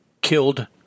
killed